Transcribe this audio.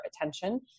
attention